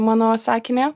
mano sakinį